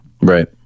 Right